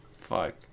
fuck